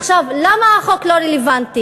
עכשיו, למה החוק לא רלוונטי?